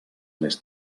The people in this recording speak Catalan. més